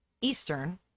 Eastern